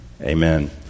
amen